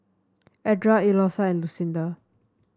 Edra Eloisa and Lucinda